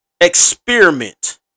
experiment